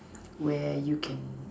where you can